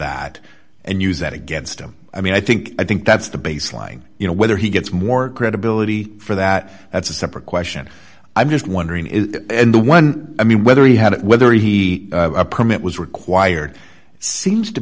that and use that against him i mean i think i think that's the baseline you know whether he gets more credibility for that that's a separate question i'm just wondering is the one i mean whether he had it whether he a permit was required seems to